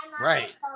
Right